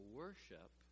worship